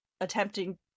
attempting